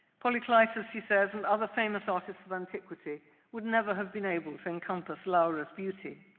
polykleitos, he says, and other famous artists of antiquity would never have been able to encompass laura's beauty.